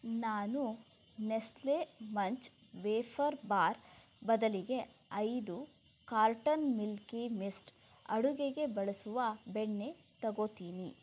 ನಾನು Nestle Munch wafer bar ಬದಲಿಗೆ ಐದು ಕಾರ್ಟನ್ ಮಿಲ್ಕಿ ಮಿಸ್ಟ್ ಅಡುಗೆಗೆ ಬಳಸುವ ಬೆಣ್ಣೆ ತಗೋತೀನಿ